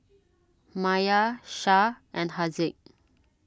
Maya Shah and Haziq